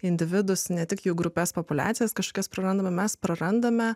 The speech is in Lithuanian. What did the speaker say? individus ne tik jų grupes populiacijas kažkas prarandama mes prarandame